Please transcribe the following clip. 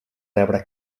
rebre